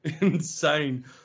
insane